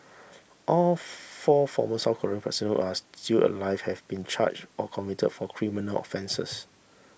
all four former South Korean presidents are still alive have been charged or convicted for criminal offences